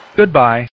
Goodbye